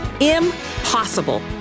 impossible